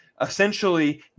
essentially